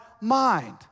mind